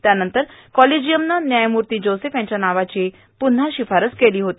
त्यानंतर कॉलिजियमनं न्यायमूर्ती जोसेफ यांच्या नावाची पुन्हा शिफारस केली होती